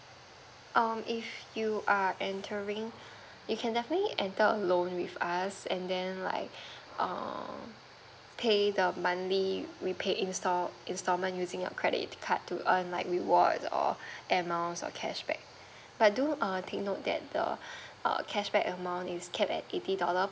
um if you are entering you can definitely added a loan with us and then like err pay the monthly repay install instalment using your credit card to earn like rewards or amounts or cashback but do err take note that the err cashback amount is capped at eighty dollar